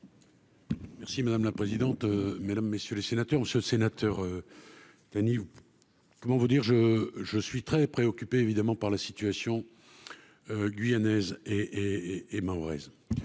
Merci madame la présidente, mesdames, messieurs les sénateurs, ce sénateur Dani, comment vous dire je, je suis très préoccupé, évidemment, par la situation guyanaise et et